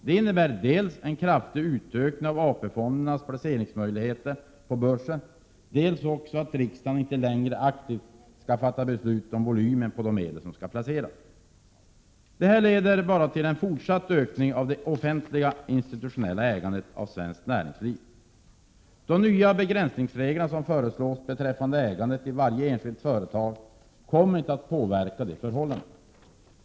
Det innebär dels en kraftig utökning av AP-fondernas placeringsmöjligheter på börsen, dels också att riksdagen inte längre aktivt skall fatta beslut om volym på de medel som skall placeras. Det leder till en fortsatt ökning av det offentliga institutionella ägandet av svenskt näringsliv. De nya begränsningsregler som föreslås beträffande ägande i varje enskilt företag kommer inte att påverka det förhållandet.